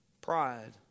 Pride